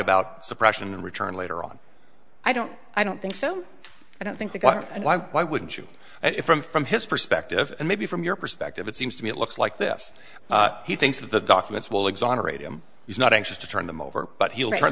about suppression and return later on i don't i don't think so i don't think the question why why wouldn't you if from from his perspective and maybe from your perspective it seems to me it looks like this he thinks that the documents will exonerate him he's not anxious to turn them over but he'll turn